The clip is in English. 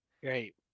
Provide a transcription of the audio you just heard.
Great